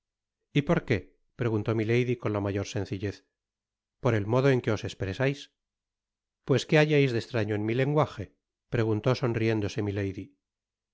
y por qué preguntó milady con ta mayor sencillez por el modo en que os espresais pues qué hallais de estraño en mi lenguaje preguntó sonriéndose